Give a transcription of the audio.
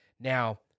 Now